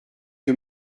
que